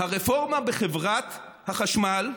"הרפורמה בחברת החשמל,